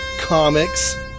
comics